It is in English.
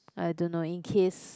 I don't know in case